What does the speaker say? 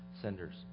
senders